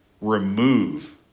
remove